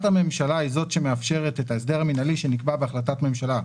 הממשלה היא זאת שמאפשרת את ההסדר המינהלי שנקבע בהחלטת ממשלה.